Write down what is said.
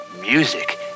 Music